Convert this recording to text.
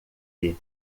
lhe